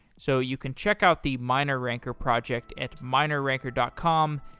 so you can check out the mineranker project at mineranker dot com.